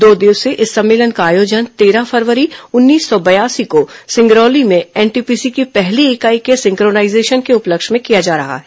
दो दिवसीय इस सम्मेलन का आयोजन तेरह फरवरी उन्नीस सौ बयासी को सिंगरौली में एनटीपीसी की पहली इकाई के सिंक्रोनाइजेशन के उपलक्ष्य में किया जा रहा है